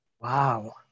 Wow